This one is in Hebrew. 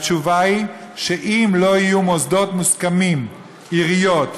התשובה היא שאם לא יהיו מוסדות מוסכמים, עיריות,